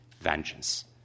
vengeance